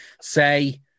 say